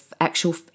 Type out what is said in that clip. actual